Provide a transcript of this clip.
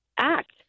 act